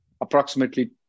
approximately